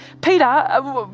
Peter